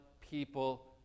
people